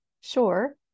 sure